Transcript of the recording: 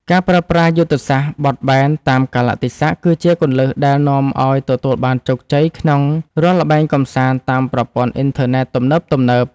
ការប្រើប្រាស់យុទ្ធសាស្ត្របត់បែនតាមកាលៈទេសៈគឺជាគន្លឹះដែលនាំឱ្យទទួលបានជោគជ័យក្នុងរាល់ល្បែងកម្សាន្តតាមប្រព័ន្ធអ៊ីនធឺណិតទំនើបៗ។